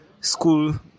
school